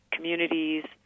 Communities